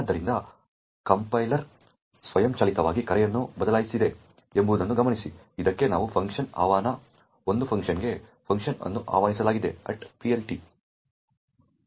ಆದ್ದರಿಂದ ಕಂಪೈಲರ್ ಸ್ವಯಂಚಾಲಿತವಾಗಿ ಕರೆಯನ್ನು ಬದಲಾಯಿಸಿದೆ ಎಂಬುದನ್ನು ಗಮನಿಸಿ ಇದಕ್ಕೆ ಒಂದು ಫಂಕ್ಷನ್ ಆಹ್ವಾನ ಒಂದು ಫಂಕ್ಷನ್ಗೆ ಫಂಕ್ಷನ್ ಅನ್ನು ಆಹ್ವಾನಿಸಲಾಗಿದೆPLT